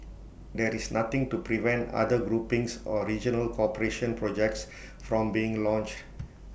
there is nothing to prevent other groupings or regional cooperation projects from being launched